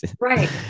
Right